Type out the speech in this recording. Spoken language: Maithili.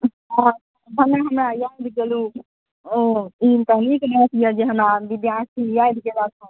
भने हमरा याद केलहुँ ई तऽ बहुत नीक बात यऽ जे हमरा विद्यार्थी याद केलक हन